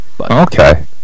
Okay